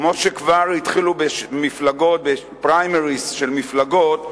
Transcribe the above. כמו שכבר התחילו בפריימריס של מפלגות,